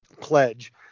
pledge